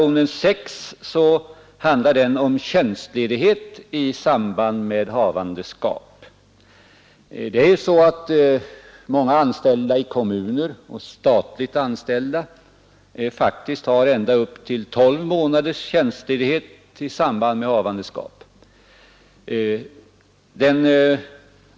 Med det, herr talman, ber jag att få yrka bifall till reservationen 5. skap. Många kommunalt och statligt anställda har faktiskt ända upp till tolv månaders tjänstledighet i samband med havandeskap.